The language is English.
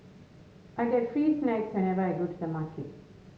I get free snacks whenever I go to the supermarket